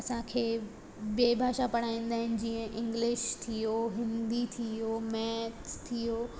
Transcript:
असांखे ॿिए भाषा पढ़ाईंदा आहिनि जीअं इंग्लिश थी वियो हिंदी थी वियो मैथ्स थी वियो